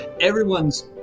everyone's